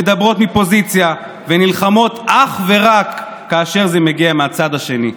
מדברות מפוזיציה ונלחמות אך ורק כאשר זה מגיע מהצד השני.